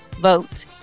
vote